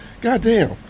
Goddamn